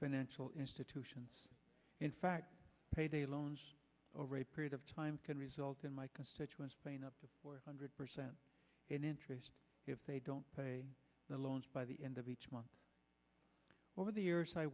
financial institutions in fact payday loans over a period of time can result in my constituents paying up to four hundred percent interest if they don't pay the loans by the end of each month over the years i